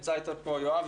נמצא אתנו פה יואב,